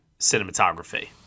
Cinematography